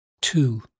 Two